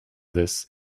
this